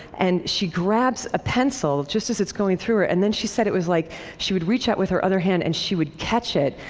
and she grabs a pencil just as it's going through her, and then she said, it was like she would reach out with her other hand and she would catch it.